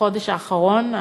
בחודש האחרון.